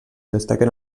destaquen